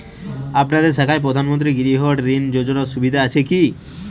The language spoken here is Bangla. আপনাদের শাখায় প্রধানমন্ত্রী গৃহ ঋণ যোজনার সুবিধা আছে কি?